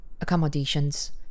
accommodations